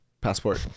passport